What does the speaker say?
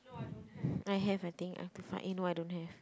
I have I think I have to find eh no I don't have